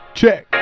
check